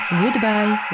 goodbye